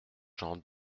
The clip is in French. j’en